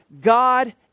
God